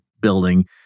building